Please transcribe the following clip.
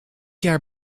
jaar